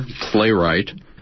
playwright